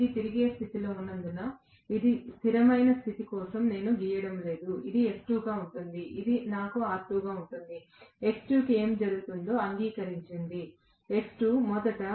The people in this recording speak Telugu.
ఇది తిరిగే స్థితిలో ఉన్నందున ఇది స్థిరమైన స్థితి కోసం నేను గీయడం లేదు ఇది sE2 గా ఉంటుంది నాకు R2 ఉంటుంది X2 కి ఏమి జరుగుతుందో అంగీకరించింది X2 మొదట